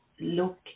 look